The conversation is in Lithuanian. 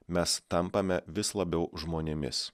mes tampame vis labiau žmonėmis